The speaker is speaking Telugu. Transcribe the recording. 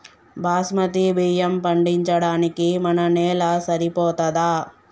బాస్మతి బియ్యం పండించడానికి మన నేల సరిపోతదా?